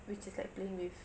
which is like playing with